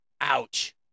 Ouch